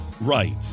Right